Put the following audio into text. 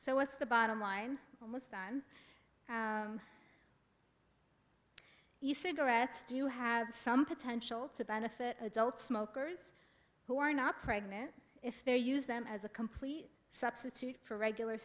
so what's the bottom line almost than you cigarettes do you have some potential to benefit adult smokers who are not pregnant if they use them as a complete substitute for regular